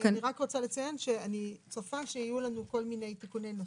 אני רק רוצה לציין שאני צופה שיהיו לנו כל מיני תיקוני נוסח,